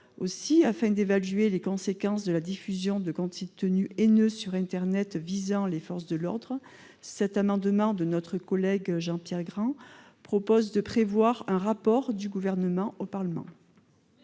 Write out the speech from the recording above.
Afin d'évaluer les conséquences de la diffusion de contenus haineux sur internet visant les forces de l'ordre, cet amendement de notre collègue Jean-Pierre Grand prévoit la remise par le Gouvernement d'un rapport